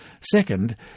Second